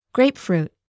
Grapefruit